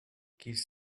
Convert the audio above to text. qu’ils